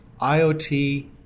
IoT